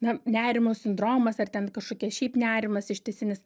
na nerimo sindromas ar ten kažkokie šiaip nerimas ištisinis